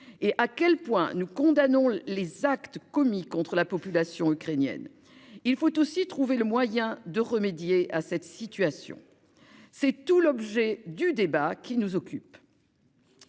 l'agression de Poutine et les actes commis contre la population ukrainienne. Il faut aussi trouver le moyen de remédier à cette situation. C'est tout l'objet du débat qui nous occupe.